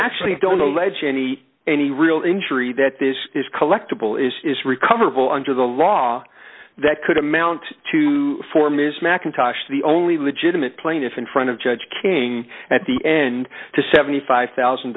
actually don't allege any any real injury that this is collectible is recoverable under the law that could amount to for ms mcintosh the only legitimate plaintiff in front of judge king at the end to seventy five thousand